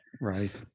Right